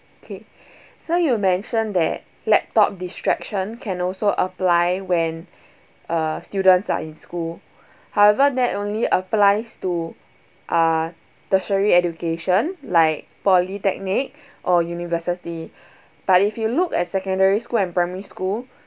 okay so you mentioned that laptop distraction can also apply when uh students are in school however that only applies to uh tertiary education like polytechnic or university but if you look at secondary school and primary school